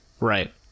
Right